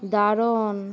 দারুন